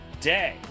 day